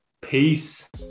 Peace